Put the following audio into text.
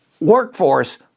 workforce